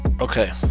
Okay